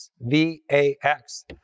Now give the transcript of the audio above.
V-A-X